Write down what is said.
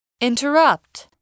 Interrupt